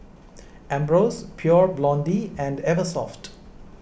Ambros Pure Blonde and Eversoft